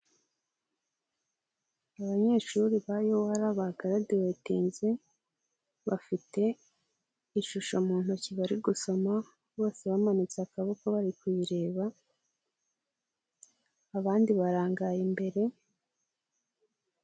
Abanyeshuri ba UR bagaraduwetinze, bafite ishusho mu ntoki bari gusoma. Bose bamanitse akaboko bari kuyireba abandi barangaye imbere.